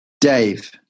Dave